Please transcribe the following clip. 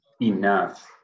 enough